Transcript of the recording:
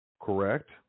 Correct